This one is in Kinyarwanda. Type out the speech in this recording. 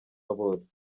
bose